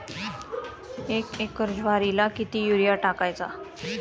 एक एकर ज्वारीला किती युरिया टाकायचा?